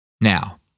Now